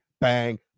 bang